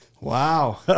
Wow